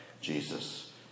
Jesus